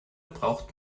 braucht